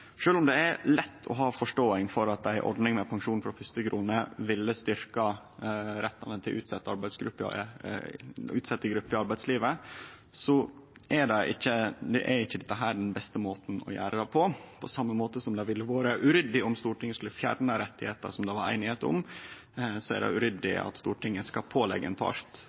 om det er lett å ha forståing for at ei ordning med pensjon frå første krone ville styrkt rettane til utsette grupper i arbeidslivet, er ikkje dette den beste måten å gjere det på. På same måte som det ville vore uryddig om Stortinget skulle fjerne rettar som det var einigheit om, er det uryddig at Stortinget skal påleggje ein part